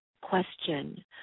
question